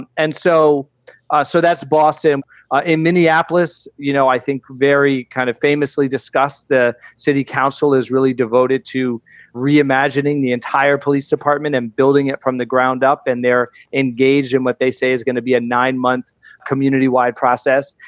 and and so so that's bossom ah in minneapolis. you know, i think very kind of famously discussed, the city council is really devoted to reimagining the entire police department and building it from the ground up. and they're engaged in what they say is gonna be a nine month community wide process.